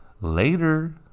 Later